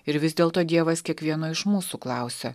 ir vis dėlto dievas kiekvieno iš mūsų klausia